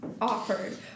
offered